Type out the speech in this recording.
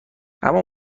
اما